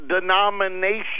denomination